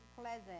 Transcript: pleasant